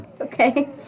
Okay